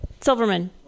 silverman